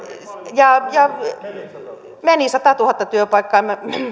ja meni satatuhatta työpaikkaa